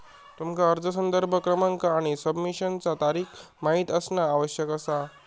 तुमका अर्ज संदर्भ क्रमांक आणि सबमिशनचा तारीख माहित असणा आवश्यक असा